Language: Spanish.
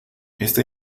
esta